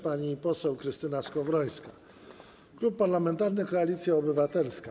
Pani poseł Krystyna Skowrońska, Klub Parlamentarny Koalicja Obywatelska.